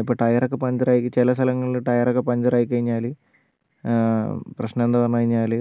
ഇപ്പം ടയറൊക്കെ പഞ്ചറായി ചില സ്ഥലങ്ങളിൽ ടയറൊക്കെ പഞ്ചറായി കഴിഞ്ഞാൽ പ്രശ്നം എന്താണെന്ന് പറഞ്ഞ് കഴിഞ്ഞാൽ